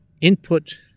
input